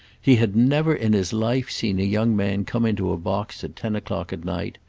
he had never in his life seen a young man come into a box at ten o'clock at night,